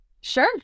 sure